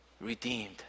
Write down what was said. redeemed